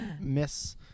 miss